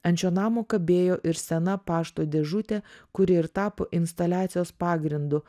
ant šio namo kabėjo ir sena pašto dėžutė kuri ir tapo instaliacijos pagrindu